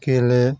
गेले